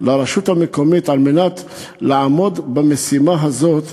לרשות המקומית הזאת, כדי לעמוד במשימה הזאת,